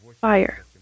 Fire